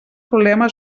problema